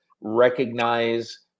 recognize